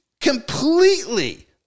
completely